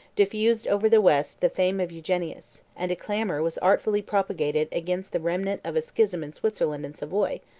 diffused over the west the fame of eugenius and a clamor was artfully propagated against the remnant of a schism in switzerland and savoy,